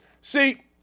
See